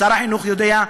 שר החינוך יודע,